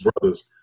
brothers